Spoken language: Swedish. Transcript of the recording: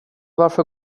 varför